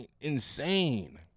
insane